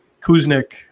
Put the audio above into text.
Kuznick